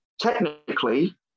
Technically